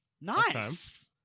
nice